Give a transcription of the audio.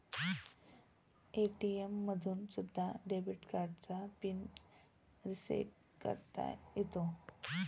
ATM मधून सुद्धा debit कार्डचा पिन रिसेट करता येतो